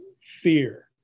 fear